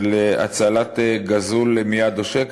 של הצלת גזול מיד עושק.